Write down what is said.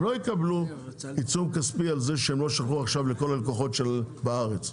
הם לא יקבלו עיצום כספי על זה שהם לא שלחו עכשיו לכל הלקוחות שלהם בארץ.